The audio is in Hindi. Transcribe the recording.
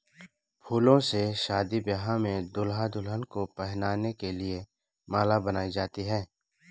फूलों से शादी ब्याह में दूल्हा दुल्हन को पहनाने के लिए माला बनाई जाती है